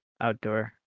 outdoor